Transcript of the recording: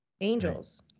Angels